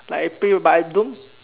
like I play but I don't